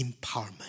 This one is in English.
empowerment